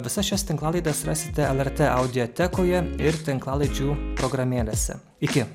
visas šias tinklalaides rasite lrt audiotekoje ir tinklalaidžių programėlėse iki